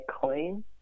clean